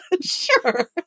Sure